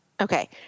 okay